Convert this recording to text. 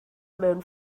mewn